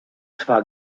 zwar